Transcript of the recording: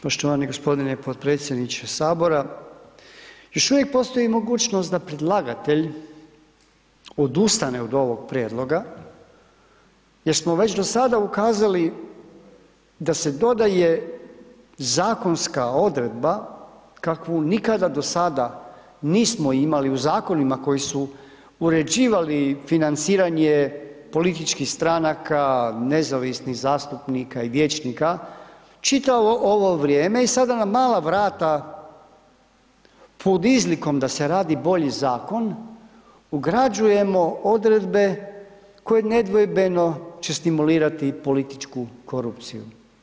Poštovani gospodine podpredsjedniče sabora, još uvijek postoji mogućnost da predlagatelj odustane od ovog prijedloga, jer smo već do sada ukazali da se dodaje zakonska odredba kakvu nikada do sada nismo imali u zakonima koji su uređivali financiranje političkih stranaka, nezavisnih zastupnika i vijećnika čitavo ovo vrijeme i sada na mala vrata pod izlikom da se radi bolji zakon ugrađujemo odredbe koje nedvojbeno će stimulirati političku korupciju.